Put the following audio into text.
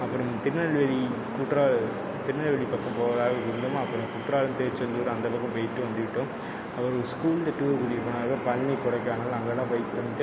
அப்புறம் திருநெல்வேலி குற்றால திருநெல்வேலி பக்கம் போகலான்னு இருந்தோம் அப்புறம் குற்றாலம் திருச்செந்தூர் அந்த பக்கம் போயிவிட்டு வந்து விட்டோம் அப்புறம் ஸ்கூலில் டூர் கூட்டிகிட்டு போனாங்க பழனி கொடைக்கானல் அங்கெல்லாம் போயிவிட்டு வந்து